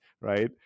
right